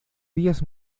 vías